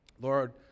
Lord